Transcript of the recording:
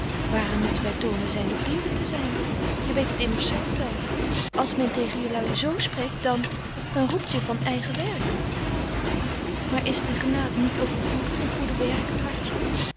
waaraan moeten wy tonen zyne vrienden te zyn je weet het immers zelf wel als men tegen jelui z spreekt dan dan roept je van eigen werk maar is de genade niet overvloedig in goede werken hartje